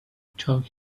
took